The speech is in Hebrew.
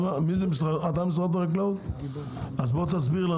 משרד החקלאות, תסבירו